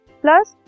plus